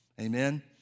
Amen